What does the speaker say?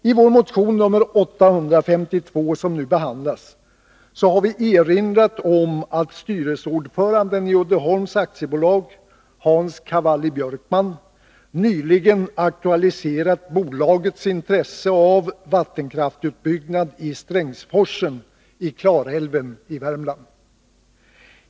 I vår motion nr 852 som nu behandlas har vi erinrat om att styrelseordföranden i Uddeholms AB, Hans Cavalli-Björkman, nyligen aktualiserat bolagets intresse av en vattenkraftsutbyggnad i Strängsforsen i Klarälven i Värmland.